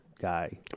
guy